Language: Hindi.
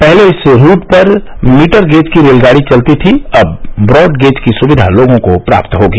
पहले इस रूट पर मीटर गेज की रेलगाड़ी चलती थी अब ब्राड गेज की सुविधा लोगों को प्राप्त होगी